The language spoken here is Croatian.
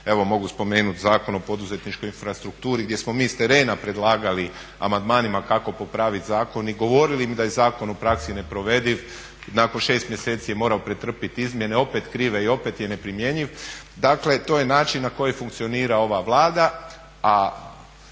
evo mogu spomenut Zakon o poduzetničkoj infrastrukturi gdje smo mi s terena predlagali amandmanima kako popravit zakon i govorili im da je zakon u praksi neprovediv. Nakon 6 mjeseci je morao pretrpit izmjene, opet krive i opet je neprimjenjiv. Dakle to je način na koji funkcionira ova Vlada,